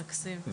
מקסים.